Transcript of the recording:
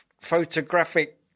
photographic